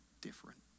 different